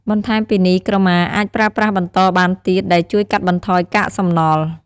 បន្ថែមពីនេះក្រមាអាចប្រើប្រាស់បន្តបានទៀត ដែលជួយកាត់បន្ថយកាកសំណល់។